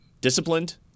disciplined